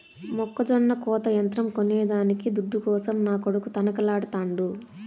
మొక్కజొన్న కోత యంత్రం కొనేదానికి దుడ్డు కోసం నా కొడుకు తనకలాడుతాండు